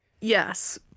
Yes